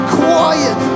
quiet